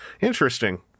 interesting